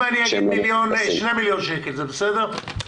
אם אגיד שני מיליון שקל, זה בסדר?